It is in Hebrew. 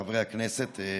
חברי הכנסת,